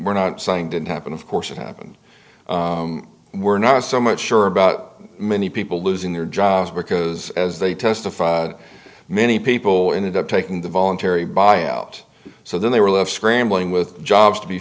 we're not saying didn't happen of course it happened we're not so much sure about many people losing their jobs because as they testified many people in it up taking the voluntary buyout so they were left scrambling with jobs to be